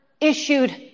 issued